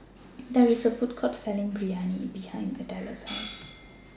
There IS A Food Court Selling Biryani behind Adella's House